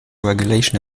regulation